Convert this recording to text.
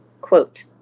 quote